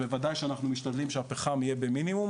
בוודאי שאנחנו משתדלים שהפחם יהיה במינימום,